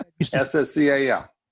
S-S-C-A-L